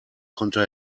konnte